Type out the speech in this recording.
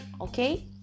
okay